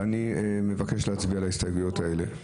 ואני מבקש להצביע על ההסתייגויות האלה.